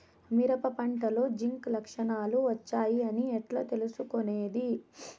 మిరప పంటలో జింక్ లక్షణాలు వచ్చాయి అని ఎట్లా తెలుసుకొనేది?